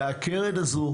הקרן הזה,